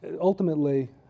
Ultimately